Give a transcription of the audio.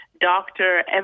doctor